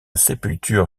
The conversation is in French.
sépulture